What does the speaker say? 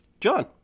John